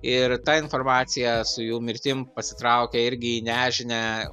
ir ta informacija su jų mirtim pasitraukia irgi į nežinią